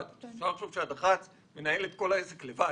אפשר לחשוב שהדח"צ מנהל את כל העסק לבד.